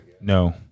no